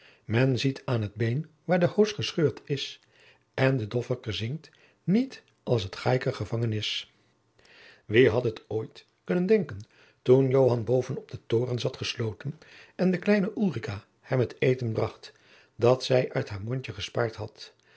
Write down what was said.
men ziet aan t been waar de hoos gescheurd is en het dofferke zingt niet als t gaike gevaân is wie had het ooit kunnen denken toen joan boven op den toren zat gesloten en de kleine ulrica hem het eten bracht dat zij uit haar mondje gespaard had